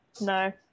No